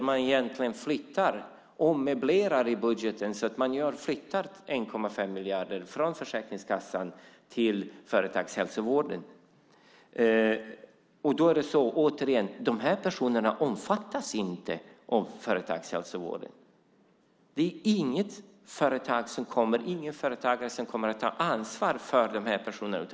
Men egentligen ommöblerar man i budgeten så att man flyttar 1,5 miljarder från Försäkringskassan till företagshälsovården. Återigen är det så att de här personerna inte omfattas av företagshälsovården. Det är ingen företagare som kommer att ta ansvar för de här personerna.